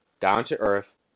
down-to-earth